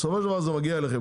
בסופו של דבר זה מגיע אליכם,